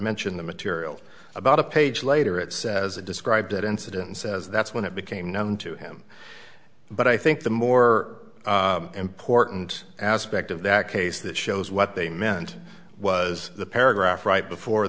mentioned the material about a page later it says it described that incident and says that's when it became known to him but i think the more important aspect of that case that shows what they meant was the paragraph right before